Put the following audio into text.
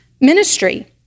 ministry